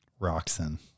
roxon